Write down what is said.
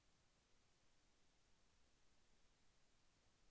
వానాకాలం పంట అంటే ఏమిటి?